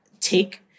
take